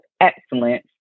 excellence